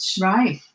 Right